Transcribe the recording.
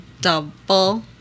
double